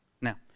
Now